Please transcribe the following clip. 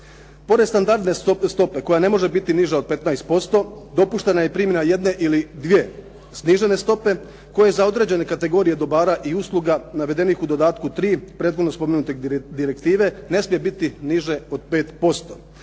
Pored standardne stope koja ne može biti niža od 15%, dopuštena je i primjena jedne ili dvije snižene stope koje za određene kategorije dobara i usluga navedenih u dodatku 3 prethodno spomenute direktive ne smije biti niže od 5%.